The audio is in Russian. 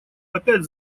опять